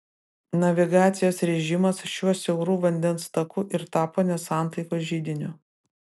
navigacijos režimas šiuo siauru vandens taku ir tapo nesantaikos židiniu